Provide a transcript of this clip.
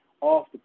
off